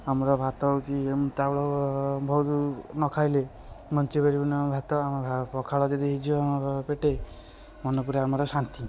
ଆମର ଭାତ ହେଉଛି ଇଏମ ଚାଉଳ ବହୁତ ନ ଖାଇଲେ ବଞ୍ଚିପାରିବୁନୁ ଆମ ଭାତ ଆମ ପଖାଳ ଯଦି ହେଇଯିବ ଆମର ପେଟେ ମନ ପୂରା ଆମର ଶାନ୍ତି